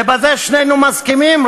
ועל זה שנינו מסכימים,